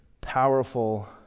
powerful